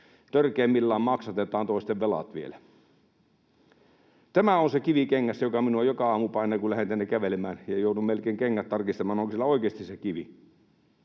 Törkeimmillään maksatetaan toisten velat vielä. Tämä on se kivi kengässä, joka minua joka aamu painaa, kun lähden tänne kävelemään, ja joudun melkein kengät tarkistamaan, onko siellä